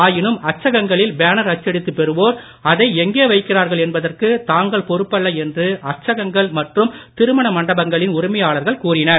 ஆயினும் அச்சகங்களில் பேனர் அச்சடித்து பெறுவோர் அதை எங்கே வைக்கிறார்கள் என்பதற்கு தாங்கள் பொருப்பல்ல என்று அச்சகங்கள் மற்றும் திருமண மண்டபங்களின் உரிமையாளர்கள் கூறினார்